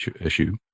issue